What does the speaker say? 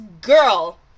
girl